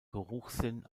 geruchssinn